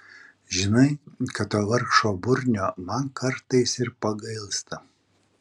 žinai kad to vargšo burnio man kartais ir pagailsta